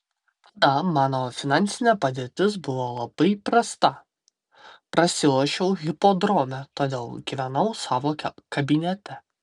tada mano finansinė padėtis buvo labai prasta prasilošiau hipodrome todėl gyvenau savo kabinete